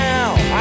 Now